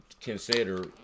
consider